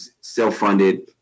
self-funded